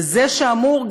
וזה שאמור,